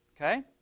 Okay